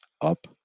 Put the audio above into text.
up